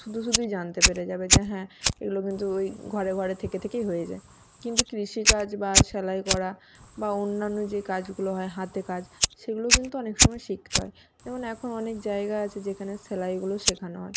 শুধু শুধুই জানতে পেরে যাবে যে হ্যাঁ এগুলো কিন্তু ওই ঘরে ঘরে থেকে থেকে হয়ে যায় কিন্তু কৃষিকাজ বা সেলাই করা বা অন্যান্য যে কাজগুলো হয় হাতে কাজ সেগুলো কিন্তু অনেক সময় শিখতে হয় যেমন এখন অনেক জায়গা আছে যেখানে সেলাইগুলো শেখানো হয়